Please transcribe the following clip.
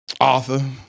author